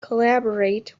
collaborate